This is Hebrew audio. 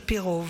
על פי רוב.